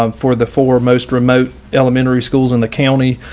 um for the for most remote elementary schools in the county.